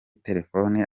telefone